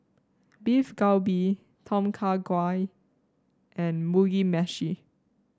Beef Galbi Tom Kha Gai and Mugi Meshi